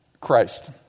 Christ